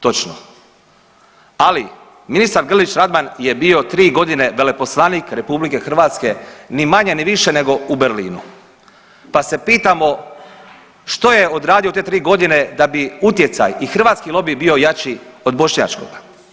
Točno, ali ministar Grlić Radman je bio 3.g. veleposlanik RH ni manje ni više nego u Berlinu, pa se pitamo što je odradio u te 3.g. da bi utjecaj i hrvatski lobi bio jači od bošnjačkoga.